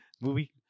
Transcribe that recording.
movie